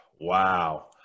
wow